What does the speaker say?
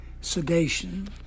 sedation